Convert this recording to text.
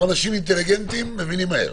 אנחנו אנשים אינטליגנטיים ומבינים מהר.